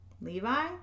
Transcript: Levi